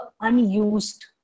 unused